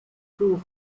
too